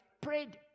prayed